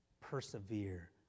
persevere